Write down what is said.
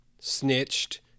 snitched